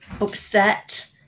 upset